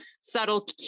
subtle